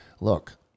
look